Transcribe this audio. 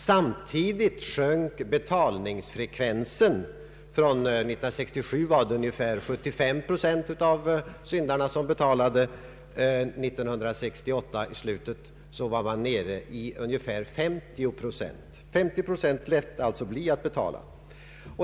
Samtidigt sjönk betalningsfrekvensen från ungefär 75 procent år 1967 till omkring 50 procent i slutet av 1968. Hälften av parkeringssyndarna lät alltså bli att betala.